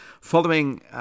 Following